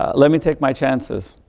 ah let me take my chances.